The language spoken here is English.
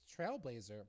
trailblazer